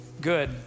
good